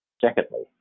Secondly